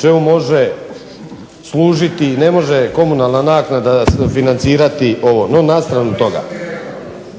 čemu može služiti, ne može komunalna naknada financirati ovo, no na stranu toga.